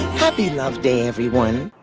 happy love day, everyone.